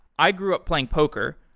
i grew up playing poker.